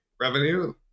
revenue